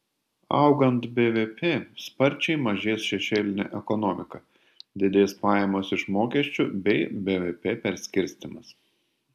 augant bvp sparčiai mažės šešėlinė ekonomika didės pajamos iš mokesčių bei bvp perskirstymas